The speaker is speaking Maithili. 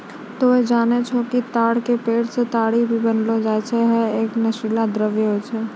तोहं जानै छौ कि ताड़ के पेड़ सॅ ताड़ी भी बनैलो जाय छै, है एक नशीला द्रव्य होय छै